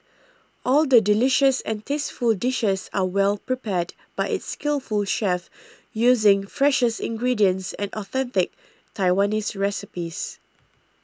all the delicious and tasteful dishes are well prepared by its skillful chefs using freshest ingredients and authentic Taiwanese recipes